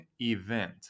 event